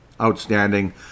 outstanding